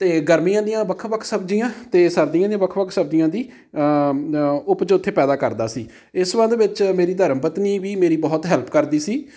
ਅਤੇ ਗਰਮੀਆਂ ਦੀਆਂ ਵੱਖ ਵੱਖ ਸਬਜ਼ੀਆਂ ਅਤੇ ਸਰਦੀਆਂ ਦੀਆਂ ਵੱਖ ਵੱਖ ਸਬਜ਼ੀਆਂ ਦੀ ਉਪਜ ਉੱਥੇ ਪੈਦਾ ਕਰਦਾ ਸੀ ਇਸ ਸੰਬੰਧ ਵਿੱਚ ਮੇਰੀ ਧਰਮ ਪਤਨੀ ਵੀ ਮੇਰੀ ਬਹੁਤ ਹੈਲਪ ਕਰਦੀ ਸੀ